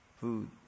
Food